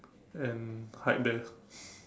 and hide there